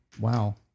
Wow